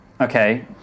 Okay